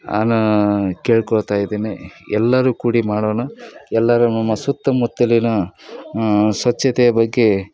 ನಾನು ಕೇಳಿಕೊಳ್ತಾ ಇದ್ದೀನಿ ಎಲ್ಲರೂ ಕೂಡಿ ಮಾಡೋಣ ಎಲ್ಲರೂ ನಮ್ಮ ಸುತ್ತಮುತ್ತಲಿನ ಸ್ವಚ್ಛತೆಯ ಬಗ್ಗೆ